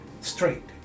straight